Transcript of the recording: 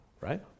right